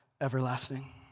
everlasting